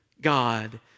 God